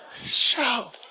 show